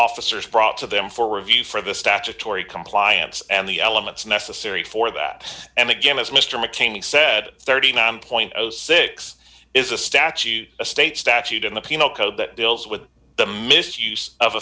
officers brought to them for review for the statutory compliance and the elements necessary for that and again as mr mccain he said thirty nine point zero six is a statute a state statute in the penal code that deals with the misuse of